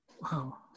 Wow